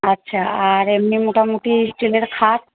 আচ্ছা আর এমনি মোটামোটি স্টিলের খাট